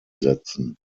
setzen